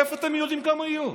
מאיפה אתם יודעים כמה יהיו?